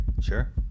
Sure